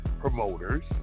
promoters